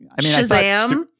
Shazam